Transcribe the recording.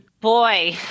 Boy